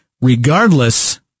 regardless